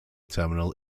terminal